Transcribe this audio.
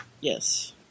Yes